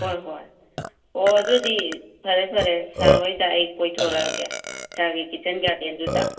ꯍꯣꯏ ꯍꯣꯏ ꯑꯣ ꯑꯗꯨꯗꯤ ꯐꯔꯦ ꯐꯔꯦ ꯁꯥꯔ ꯍꯣꯏꯗ ꯑꯩ ꯀꯣꯏꯊꯣꯔꯛꯑꯒꯦ ꯁꯥꯔꯒꯤ ꯀꯤꯠꯆꯟ ꯒꯥꯔꯗꯦꯟꯗꯨꯗ